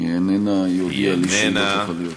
היא איננה, היא הודיעה לי שהיא לא תוכל להיות.